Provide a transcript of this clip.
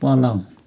पलङ